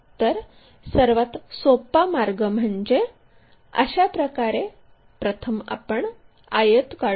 तर सर्वात सोपा मार्ग म्हणजे अशाप्रकारे प्रथम आपण आयत काढू